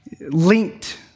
linked